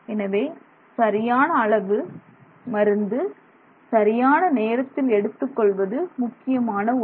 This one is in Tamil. எனவே சரியான அளவு மருந்து சரியான நேரத்தில் எடுத்துக் கொள்வது முக்கியமான ஒன்று